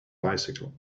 bicycle